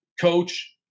coach